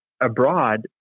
abroad